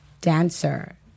dancer